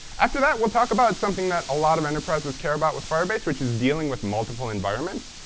after that we'll talk about something that a lot of enterprises care about with firebase, which is dealing with multiple environments.